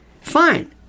fine